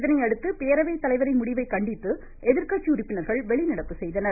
இதனையடுத்து பேரவைத்தலைவரின் முடிவை கண்டித்து எதிர்கட்சி உறுப்பினர்கள் வெளிநடப்பு செய்தனர்